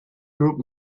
group